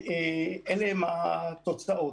ואלה הן התוצאות.